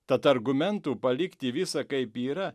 tad argumentų palikti visą kaip yra